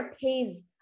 pays